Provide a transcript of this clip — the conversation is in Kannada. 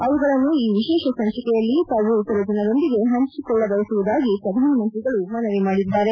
ಅವುಗಳನ್ನು ಈ ವಿಶೇಷ ಸಂಚಿಕೆಯಲ್ಲಿ ತಾವು ಇತರ ಜನರೊಂದಿಗೆ ಹಂಚಿಕೊಳ್ಳಬಯಸುವುದಾಗಿ ಪ್ರಧಾನಮಂತ್ರಿಗಳು ಮನವಿ ಮಾಡಿದ್ದಾರೆ